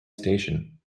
station